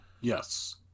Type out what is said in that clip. yes